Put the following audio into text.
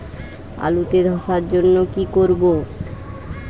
আলুতে ধসার জন্য কি করব?